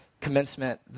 commencement